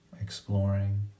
exploring